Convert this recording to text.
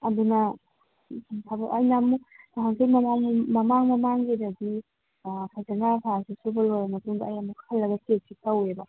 ꯑꯗꯨꯅ ꯊꯕꯛ ꯅꯍꯥꯟꯃꯨꯛ ꯃꯃꯥꯡ ꯃꯃꯥꯡꯒꯤꯗꯗꯤ ꯐꯖꯅ ꯐꯥꯏꯜꯁꯤ ꯁꯨꯕ ꯂꯣꯏꯔ ꯃꯇꯨꯡꯗ ꯑꯩ ꯑꯃꯨꯛ ꯍꯜꯂꯒ ꯆꯦꯛꯁꯤ ꯇꯧꯋꯦꯕ